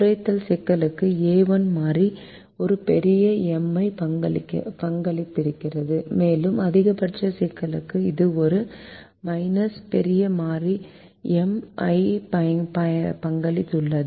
குறைத்தல் சிக்கலுக்கான a1 மாறி ஒரு பெரிய M ஐ பங்களித்திருக்கும் மேலும் அதிகபட்ச சிக்கலுக்கு இது ஒரு பெரிய M ஐ பங்களிக்கிறது